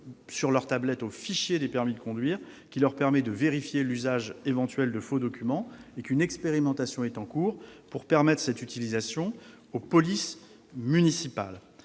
sur leurs tablettes au fichier des permis de conduire afin de vérifier l'usage éventuel de faux documents. Une expérimentation est en cours pour étendre cette utilisation aux polices municipales.